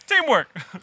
Teamwork